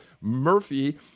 Murphy